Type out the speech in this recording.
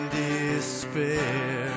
despair